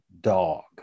dog